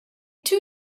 two